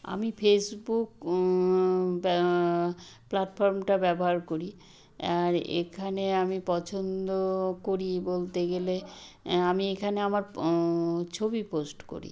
আমি ফেসবুক বা প্ল্যাটফর্মটা ব্যবহার করি আর এখানে আমি পছন্দ করি বলতে গেলে আমি এখানে আমার ছবি পোস্ট করি